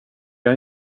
jag